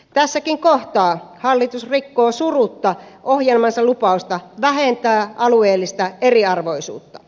tässäkin kohtaa hallitus rikkoo surutta ohjelmansa lupausta vähentää alueellista eriarvoisuutta